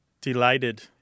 Delighted